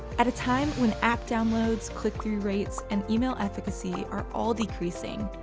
at a time when app downloads, clickthrough rates, and email efficacy are all decreasing,